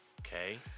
Okay